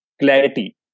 clarity